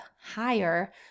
higher